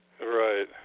right